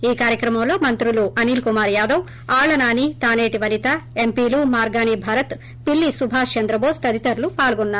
ఈ కార్యక్రమంలో మంత్రులు అనిల్కుమార్ యాదవ్ ఆళ్లనాని తానేటి వనిత ఎంపీ లు మార్గని భరత్ పిల్లిసుభాష్ చంద్రబోష్ తదితరులు పాల్గున్నారు